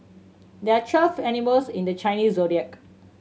there are twelve animals in the Chinese Zodiac